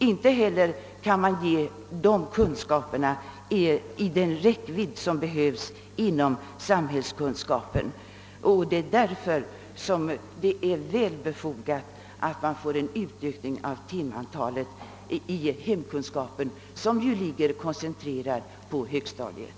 Inte heller kan dessa kunskaper meddelas i den omfattning som behövs inom ämnet samhällskunskap. Det är därför väl befogat med en utökning av timantalet i hemkunskapen som ju är koncentrerad till högstadiet.